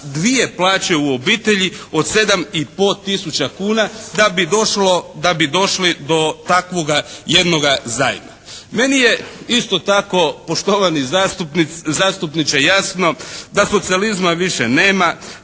dvije plaće u obitelji od 7 i pol tisuća kuna da bi došli do takvoga jednoga zajedno. Meni je isto tako poštovani zastupniče jasno da socijalizma više nema,